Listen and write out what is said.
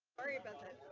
sorry about that.